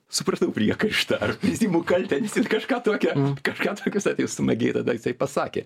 supratau priekaištą ar prisiimu kaltę nes in kažką tokio kažką tokius atvejus smagiai tada jisai pasakė